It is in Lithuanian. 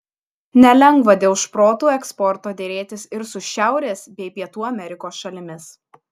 nelengva dėl šprotų eksporto derėtis ir su šiaurės bei pietų amerikos šalimis